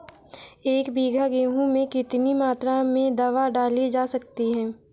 एक बीघा गेहूँ में कितनी मात्रा में दवा डाली जा सकती है?